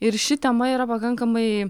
ir ši tema yra pakankamai